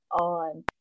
on